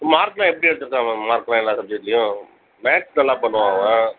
மார்க்லாம் எப்படி எடுத்துருக்கான் மேம் மார்க்லாம் எல்லா சப்ஜக்ட்லையும் மேக்ஸ் நல்லா பண்ணுவான் அவன்